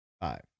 Five